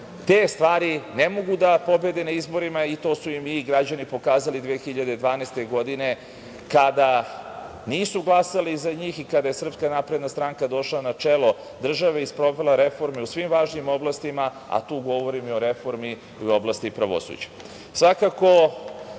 Te stvari ne mogu da pobede na izborima i to su im građani i pokazali 2012. godine, kada nisu glasali za njih i kada je Srpska napredna stranka došla na čelu države i sprovela reforme u svim važnim oblastima, a tu govorim i o reformi u oblasti pravosuđa. Svakako,